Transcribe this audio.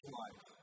life